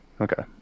okay